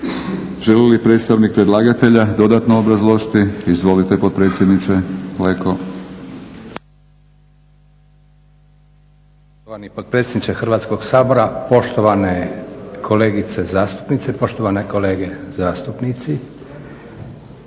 Želi li predstavnik predlagatelja dodatno obrazložiti? Izvolite potpredsjedniče Leko.